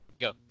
Go